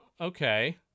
Okay